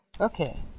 Okay